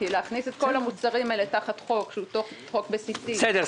כי להכניס את כל המוצרים האלה תחת חוק שהוא חוק בסיסי --- בסדר.